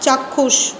চাক্ষুষ